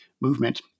movement